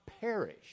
perish